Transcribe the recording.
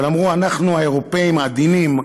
אבל אמרו: אנחנו האירופאים עדינים,